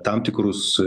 tam tikrus